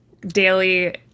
daily